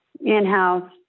in-house